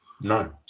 No